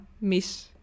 miss